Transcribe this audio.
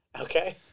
Okay